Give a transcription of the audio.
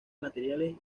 materiales